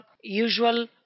usual